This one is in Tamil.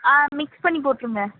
ஆன் மிக்ஸ் பண்ணி போட்ருங்க